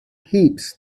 heaps